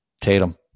Tatum